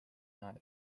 naeru